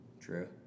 True